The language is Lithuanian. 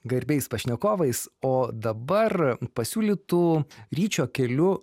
garbiais pašnekovais o dabar pasiūlytu ryčio keliu